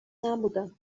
نبودم